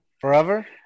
forever